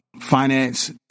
finance